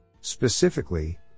Specifically